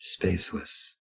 Spaceless